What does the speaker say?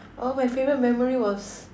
oh my favourite memory was